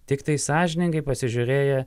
tiktai sąžiningai pasižiūrėję